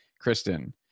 Kristen